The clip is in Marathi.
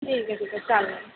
ठीक आहे ठीक आहे चालेल